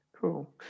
cool